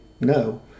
no